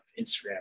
Instagram